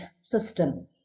system